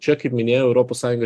čia kaip minėjau europos sąjunga